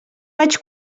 vaig